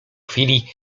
chwili